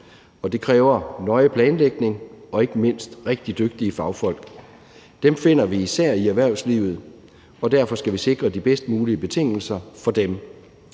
det kræver nøje planlægning og ikke mindst rigtig dygtige fagfolk. Dem finder vi især i erhvervslivet, og derfor skal vi sikre de bedst mulige betingelser for dem.